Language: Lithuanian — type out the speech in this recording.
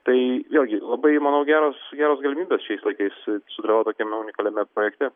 tai vėlgi labai manau geros geros galimybės šiais laikais sudalyvaut tokiame unikaliame projekte